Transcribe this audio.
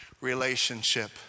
relationship